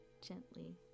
gently